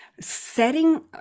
setting